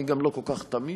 אני גם לא כל כך תמים,